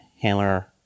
handler